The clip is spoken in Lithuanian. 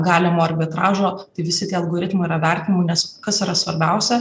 galimo arbitražo tai visi tie algoritmai yra vertinami nes kas yra svarbiausia